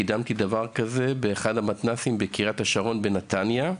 קידמתי דבר כזה באחד מהמתנ״סים בקריית השרון בנתניה.